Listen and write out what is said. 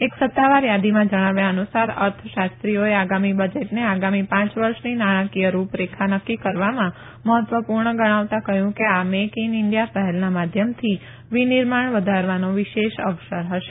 એક સત્તાવાર યાદીમાં જણાવ્યા અનુસાર અર્થશાન્ન્ીઓએ આગામી બજેટને આગામી પાંચ વર્ષની નાણાંકીય રૂપરેખા નકકી કરવામાં મહત્વપુર્ણ ગણાવતા કહયું કે આ મેક ઈન ઈન્ડિયા પહેલના માધ્યમથી વિનિર્માણ વધારવાનો વિશેષ અવસર હશે